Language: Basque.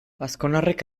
azkonarrek